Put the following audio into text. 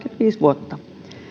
vuotta